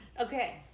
Okay